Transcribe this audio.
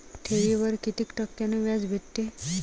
ठेवीवर कितीक टक्क्यान व्याज भेटते?